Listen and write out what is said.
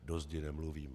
Do zdi nemluvím.